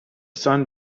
sun